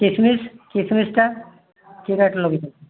କିସମିସ୍ କିସମିସ୍ ଟା କି ରେଟ୍ ଲଗାଇଛନ୍ତି